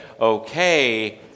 okay